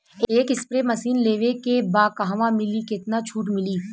एक spray machine लेवे के बा कहवा मिली केतना छूट मिली?